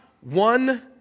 one